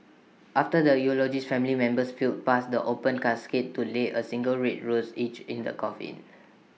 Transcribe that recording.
after the eulogies family members filed past the open casket to lay A single red rose each in the coffin